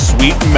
Sweet